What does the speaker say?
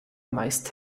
meist